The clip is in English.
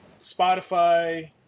Spotify